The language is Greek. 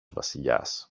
βασιλιάς